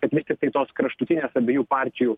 kad vis tiktai tos kraštutinės abiejų partijų